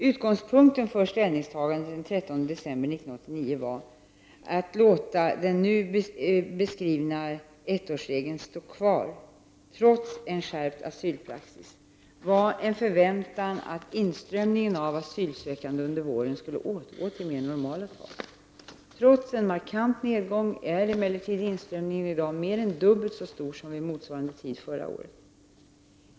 Utgångspunkten för ställningstagandet den 13 december 1989 att låta den nu beskrivna ettårsregeln stå kvar, trots en skärpt asylpraxis, var en förväntan att inströmningen av asylsökande under våren skulle återgå till mer normala tal. Trots en markant nedgång är emellertid inströmningen i dag mer än dubbelt så stor som vid motsvarande tid förra året.